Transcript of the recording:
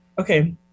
okay